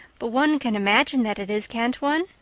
but one can imagine that it is, can't one?